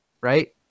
right